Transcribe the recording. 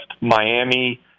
Miami